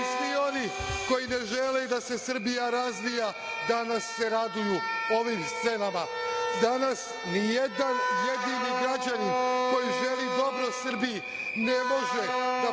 svi oni koji ne žele da se Srbija razvija, danas se raduju ovim scenama. Danas ni jedan jedini građanin koji želi dobro Srbiji ne može da